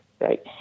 Right